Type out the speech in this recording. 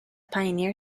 pioneer